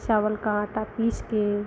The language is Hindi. चावल का आटा पीस के